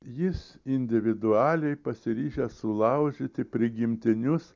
jis individualiai pasiryžęs sulaužyti prigimtinius